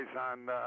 on